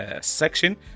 section